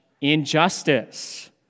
injustice